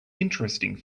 interesting